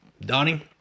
Donnie